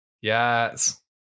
Yes